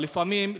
אבל לפעמים,